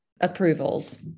approvals